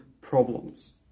problems